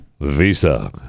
Visa